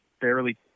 barely